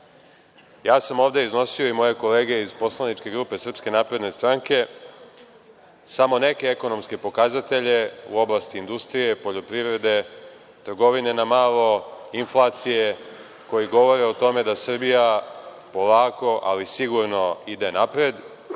sam ovde iznosio i moje kolege iz poslaničke grupe SNS samo neke ekonomske pokazatelje u oblasti industrije, poljoprivrede, trgovine na malo, inflacije, a koji govore o tome da Srbija polako, ali sigurno ide napred,